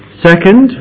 Second